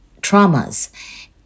traumas